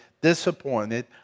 disappointed